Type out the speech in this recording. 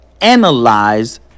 analyze